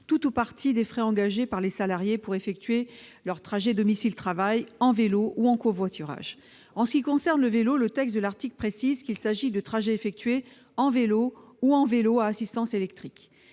tout ou partie des frais engagés par les salariés pour effectuer leurs trajets domicile-travail à vélo ou en covoiturage. En ce qui concerne le vélo, le texte de l'article précise qu'il s'agit de trajets effectués à « vélo » ou à « vélo à assistance électrique